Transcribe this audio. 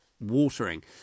watering